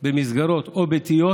או במסגרות ביתיות